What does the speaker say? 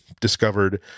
discovered